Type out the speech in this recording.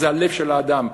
זה הלב של האדם.